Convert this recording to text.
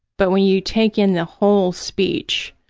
but when you take in the whole speech,